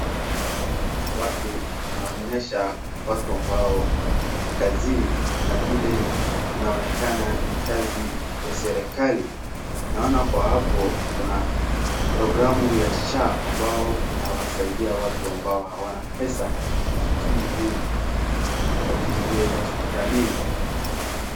Hapa kuna watu, inaonyesha watu ambao wako kazini, na vile inaonekana ni kazi ya serikali. Naona kwa hapo kuna programu ya sha ambayo inawasaidia watu ambao hawana pesa kujitibu hospitalini.